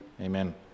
Amen